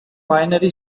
binary